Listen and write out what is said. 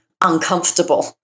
uncomfortable